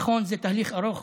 נכון, זה תהליך ארוך,